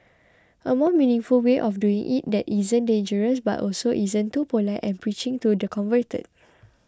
a more meaningful way of doing it that isn't dangerous but also isn't too polite and preaching to the converted